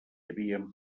havíem